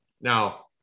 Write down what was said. now